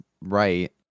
right